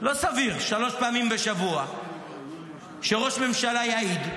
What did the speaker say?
לא סביר ששלוש פעמים בשבוע ראש ממשלה יעיד,